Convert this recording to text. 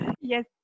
Yes